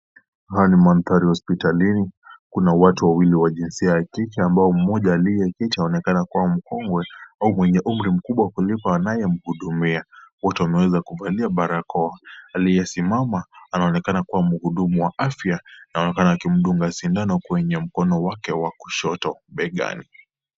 Haya ni mandhari ya hosipitalini. Kuna watu wawili wa jinsia ya kike, ambaye mmoja aliye jicho anaonekana kuwa mkubwa, au mwenye umri mkubwa, kuliko anayemhudumia. Wote wameweza kuvalia balakoa. Aliyesimama, anaonekana kuwa mhudumu wa afya, anaonekana akimdunga sindano kwenye mkono wake wa kushoto begani.